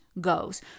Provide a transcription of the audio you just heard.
goes